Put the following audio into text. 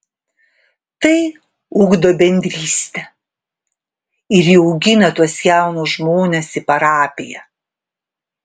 tai ugdo bendrystę ir įaugina tuos jaunus žmones į parapiją